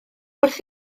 wrth